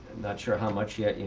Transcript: not sure how much yet. you know,